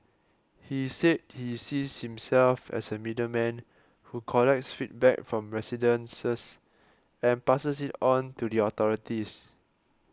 he said he sees himself as a middleman who collects feedback from residences and passes it on to the authorities